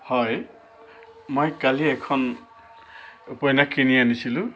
হয় মই কালি এখন উপন্যাস কিনি আনিছিলোঁ